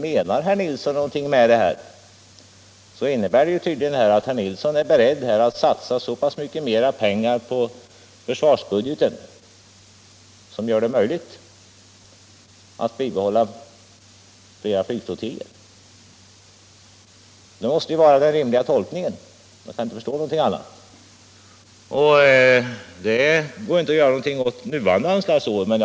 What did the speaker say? Menar herr Nilsson någonting med sitt tal, innebär det att herr Nilsson är beredd att satsa så mycket mer pengar på försvarsbudgeten att man kan behålla flera flygflottiljer. Det måste vara den rimliga tolkningen. Jag kan inte förstå något annat. Det går inte att göra någonting åt detta under innevarande anslagsår.